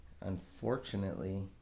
unfortunately